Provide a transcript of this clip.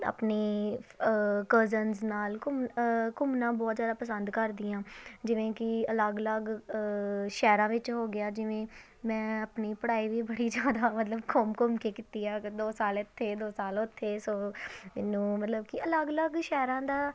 ਆਪਣੇ ਕਜ਼ਨਜ ਨਾਲ ਘੁੰ ਘੁੰਮਣਾ ਬਹੁਤ ਜ਼ਿਆਦਾ ਪਸੰਦ ਕਰਦੀ ਹਾਂ ਜਿਵੇਂ ਕਿ ਅਲੱਗ ਅਲੱਗ ਸ਼ਹਿਰਾਂ ਵਿੱਚ ਹੋ ਗਿਆ ਜਿਵੇਂ ਮੈਂ ਆਪਣੀ ਪੜ੍ਹਾਈ ਵੀ ਬੜੀ ਜ਼ਿਆਦਾ ਮਤਲਬ ਘੁੰਮ ਘੁੰਮ ਕੇ ਕੀਤੀ ਆ ਅਗਰ ਦੋ ਸਾਲ ਇੱਥੇ ਦੋ ਸਾਲ ਉੱਥੇ ਸੋ ਇਹਨੂੰ ਮਤਲਬ ਕਿ ਅਲੱਗ ਅਲੱਗ ਸ਼ਹਿਰਾਂ ਦਾ